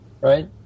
right